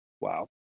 wow